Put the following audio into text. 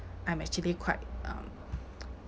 I'm actually quite um